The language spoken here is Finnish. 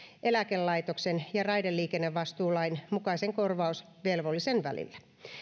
eläkelaitoksen ja raideliikennevastuulain mukaisen korvausvelvollisen välillä